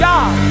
God